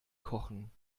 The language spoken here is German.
kochen